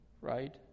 right